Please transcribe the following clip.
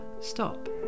stop